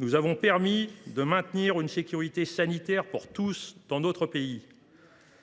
nous avons permis de maintenir une sécurité sanitaire pour tous dans notre pays.